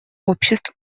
обществ